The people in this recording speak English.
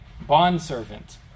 bondservant